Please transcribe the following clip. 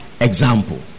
example